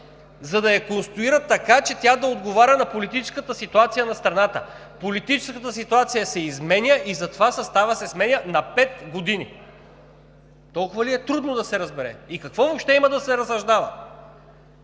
за да я конструират така, че тя да отговаря на политическата ситуация в страната. Политическата ситуация се изменя и затова съставът се сменя на пет години. Толкова ли е трудно да се разбере? И какво въобще има да се разсъждава?